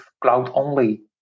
cloud-only